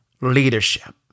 leadership